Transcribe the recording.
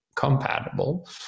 compatible